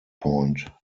point